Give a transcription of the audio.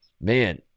man